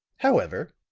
however,